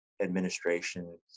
administration